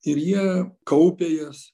ir jie kaupia jas